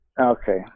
Okay